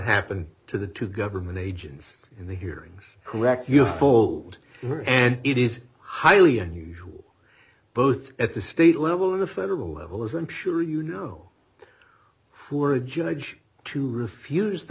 happened to the two government agents in the hearings correct you fold and it is highly unusual both at the state level in the federal level as i'm sure you know for a judge to refuse the